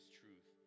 truth